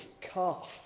calf